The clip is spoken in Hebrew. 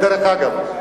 דרך אגב,